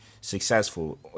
successful